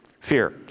Fear